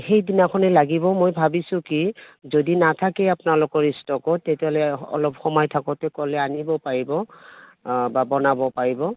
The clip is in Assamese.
সেইদিনাখনে লাগিব মই ভাবিছোঁ কি যদি নাথাকে আপোনালোকৰ ষ্টকত তেতিয়াহ'লে অলপ সময় থাকোঁতে ক'লে আনিব পাৰিব বা বনাব পাৰিব